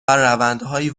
روندهایی